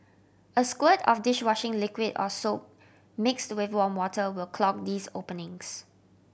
a squirt of dish washing liquid or soap mixed with warm water will clog these openings